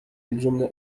الجملة